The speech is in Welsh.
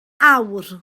awr